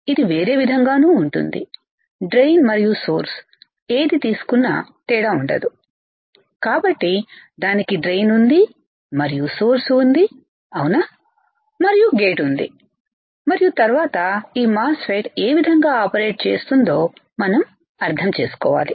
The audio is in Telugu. ఇది వేరే విధంగాను ఉంటుంది డ్రెయిన్ మరియు సోర్స్ ఏది తీసుకున్నా తేడా ఉండదు కాబట్టి దానికి డ్రెయిన్ ఉంది మరియు సోర్స్ ఉంది అవునా మరియు గేట్ ఉంది మరియు తరువాత ఈ మాస్ ఫెట్ ఏ విధంగా ఆపరేట్ operateచేస్తుందో మనం అర్థం చేసుకోవాలి